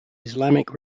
islamic